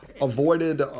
avoided